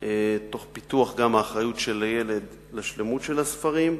תוך פיתוח האחריות של הילד לשלמות של הספרים.